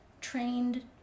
trained